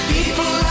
People